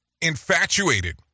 infatuated